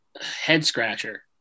head-scratcher